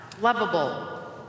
lovable